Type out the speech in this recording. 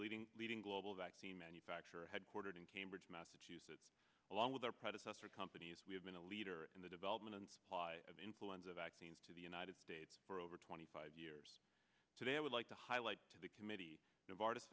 greeting leading global vaccine manufacturer headquartered in cambridge massachusetts along with our predecessor companies we have been a leader in the development and supply of influenza vaccines to the united states for over twenty five years today i would like to highlight to the committee novartis